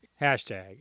Hashtag